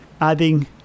adding